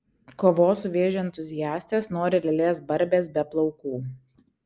kovos su vėžiu entuziastės nori lėlės barbės be plaukų